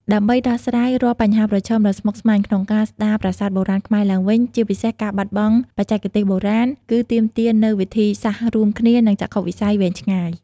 ដើម្បីដោះស្រាយរាល់បញ្ហាប្រឈមដ៏ស្មុគស្មាញក្នុងការស្ដារប្រាសាទបុរាណខ្មែរឡើងវិញ ជាពិសេសការបាត់បង់បច្ចេកទេសបុរាណ គឺទាមទារនូវវិធីសាស្ត្ររួមគ្នា និងចក្ខុវិស័យវែងឆ្ងាយ។